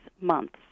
months